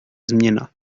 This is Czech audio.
změna